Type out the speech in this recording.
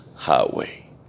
highway